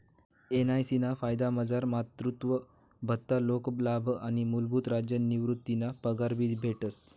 NIC ना फायदामझार मातृत्व भत्ता, शोकलाभ आणि मूलभूत राज्य निवृतीना पगार भी भेटस